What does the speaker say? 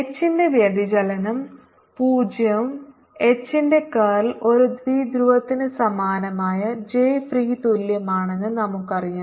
B0B0J H ന്റെ വ്യതിചലനം 0 നും H ന്റെ കർൾ ഒരു ദ്വിധ്രുവത്തിന് സമാനമായ J ഫ്രീ തുല്യമാണെന്ന് നമുക്കറിയാം